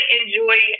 enjoy